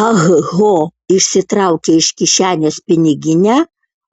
ah ho išsitraukė iš kišenės piniginę